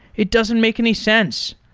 it doesn't make any sense.